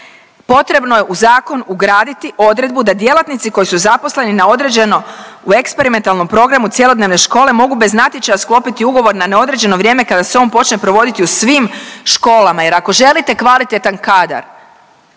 potrebno je u zakon ugraditi odredbu da djelatnici koji su zaposleni na određeno u eksperimentalnom programu cjelodnevne škole mogu bez natječaja sklopiti ugovor na neodređeno vrijeme kada se on počne provoditi u svim školama jer ako želite kvalitetan kadar